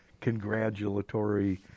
congratulatory